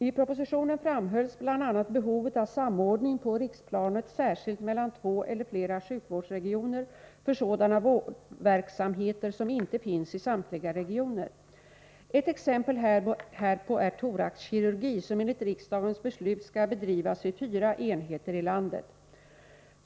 I propositionen framhölls bl.a. behovet av samordning på riksplanet, särskilt mellan två eller flera sjukvårdsregioner, för sådana vårdverksamheter som inte finns i samtliga regioner. Ett exempel härpå är thoraxkirurgi, som enligt riksdagens beslut skall bedrivas vid fyra enheter i landet.